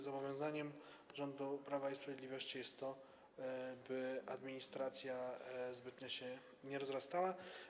Zobowiązaniem rządu Prawa i Sprawiedliwości jest to, aby administracja zbytnio się nie rozrastała.